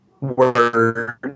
word